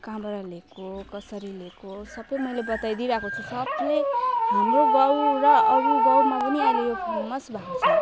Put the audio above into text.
कहाँबाट लिएको कसरी लिएको सब मैले बताइदिइ रहेको छु सबले हाम्रो गाउँ र अरू गाउँमा पनि अहिले यो फेमस भएको छ